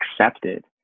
accepted